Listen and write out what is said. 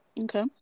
Okay